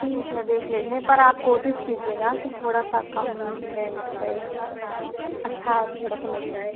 ठीक है देख लेंगे पर आप कोशिश कीजिएगा कि थोड़ा सा कम रेंट पर अच्छा थोड़ा सा मिल जाए